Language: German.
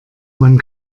man